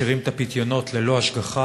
משאירים את הפיתיונות ללא השגחה.